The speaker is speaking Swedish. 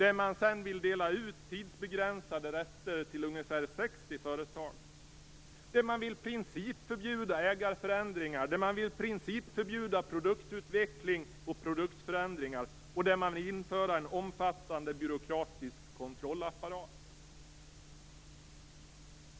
Sedan vill man dela ut tidsbegränsade rätter till ungefär 60 företag. Man vill principförbjuda ägarförändringar, principförbjuda produktutveckling och produktförändringar och införa en omfattande byråkratisk kontrollapparat.